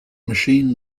machine